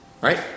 right